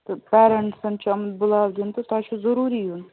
تہٕ پیرَنٹسَن چھُ آمُتۍ بُلاو دِنہٕ تہٕ تۄہہِ چھُ ضروٗری یُن